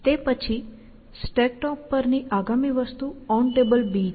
તે પછી સ્ટેક ટોચ પરની આગામી વસ્તુ OnTable છે